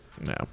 No